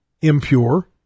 impure